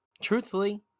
truthfully